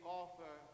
offer